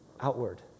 outward